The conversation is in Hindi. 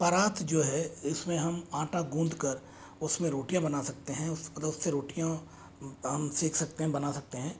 परात जो है उसमें हम आटा गूंद कर उसमें रोटियाँ बना सकते हैं उससे रोटियाँ हम सेक सकते हैं बना सकते हैं